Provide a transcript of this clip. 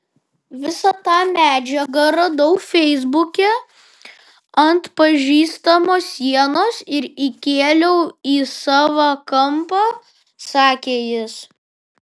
visą tą medžiagą radau feisbuke ant pažįstamo sienos ir įkėliau į savą kampą sakė jis